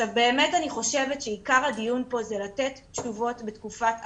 באמת אני חושבת שעיקר הדיון פה זה לתת תשובות בתקופת הקורונה.